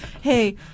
hey